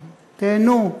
תיהנו,